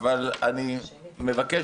אבל אני מבקש,